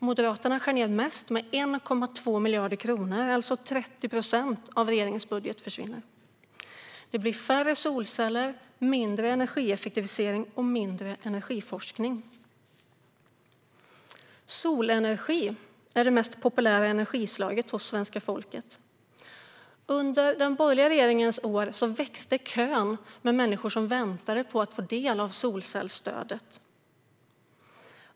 Moderaterna skär ned mest - 1,2 miljarder kronor. Det är alltså 30 procent av regeringens budget som försvinner. Det blir färre solceller, mindre energieffektivisering och mindre energiforskning. Solenergi är det mest populära energislaget hos svenska folket. Under den borgerliga regeringens år växte kön med människor som väntade på att få del av solcellsstödet.